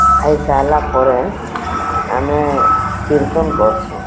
ଖାଇ ସାଏଲା ପରେ ଆମେ କୀର୍ତ୍ତନ୍ କର୍ସୁଁ